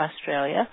Australia